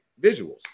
visuals